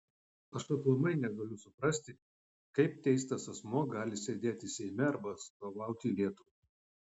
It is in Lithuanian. aš aplamai negaliu suprasti kaip teistas asmuo gali sėdėti seime arba atstovauti lietuvai